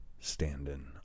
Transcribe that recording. standing